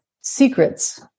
secrets